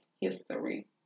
history